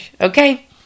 Okay